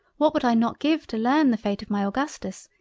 what would i not give to learn the fate of my augustus!